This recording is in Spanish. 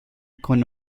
con